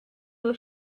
know